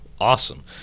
awesome